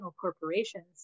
corporations